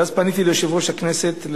ואז פניתי ליושב-ראש הכנסת,